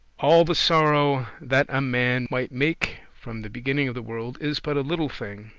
all the sorrow that a man might make from the beginning of the world, is but a little thing,